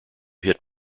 hit